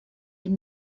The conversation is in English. and